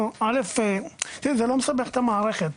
תראי, זה לא מסבך את המערכת.